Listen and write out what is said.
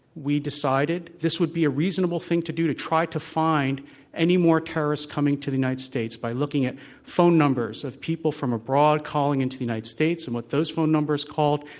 we decided this would be a reasonable thing to do to try to find any more terrorists coming to the united states by looking at phone numbers of people from abroad calling into the united states and what those phone numbers called,